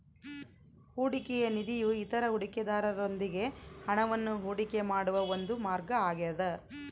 ಹೂಡಿಕೆಯ ನಿಧಿಯು ಇತರ ಹೂಡಿಕೆದಾರರೊಂದಿಗೆ ಹಣವನ್ನು ಹೂಡಿಕೆ ಮಾಡುವ ಒಂದು ಮಾರ್ಗ ಆಗ್ಯದ